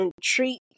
treat